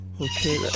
Okay